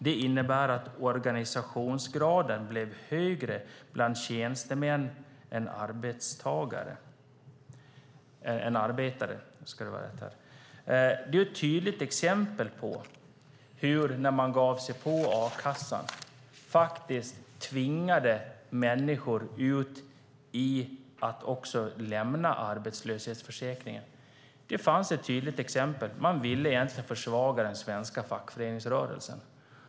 Det innebar att organisationsgraden blev högre bland tjänstemän än arbetare." Detta är ett tydligt exempel på att när man gav sig på a-kassan tvingade man människor att lämna arbetslöshetsförsäkringen. Man ville egentligen försvaga den svenska fackföreningsrörelsen.